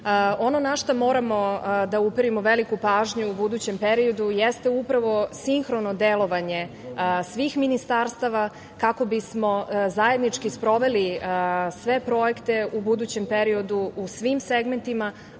na šta moramo da uperimo veliku pažnju u budućem periodu jeste upravo sinhrono delovanje svih ministarstava, kako bi smo zajednički sproveli sve projekte u budućem periodu u svim segmentima,